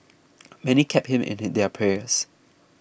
many kept him in their prayers